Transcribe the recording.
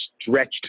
stretched